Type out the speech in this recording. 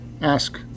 Ask